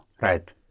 Right